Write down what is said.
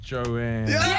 Joanne